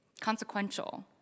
consequential